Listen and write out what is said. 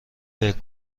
فکر